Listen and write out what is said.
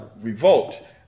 revolt